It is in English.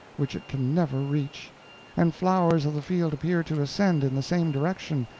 which it can never reach and flowers of the field appear to ascend in the same direction,